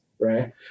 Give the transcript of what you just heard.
right